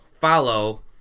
follow